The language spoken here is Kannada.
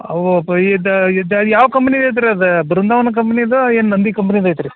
ಅವು ಇದು ಯಾವ ಕಂಪನಿ ಇದ್ರದ್ದು ಬೃಂದಾವನ್ ಕಂಪೆನಿದೋ ಏನು ನಂದಿ ಕಂಪ್ನಿದೈತೆ ರೀ